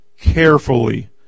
carefully